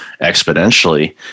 exponentially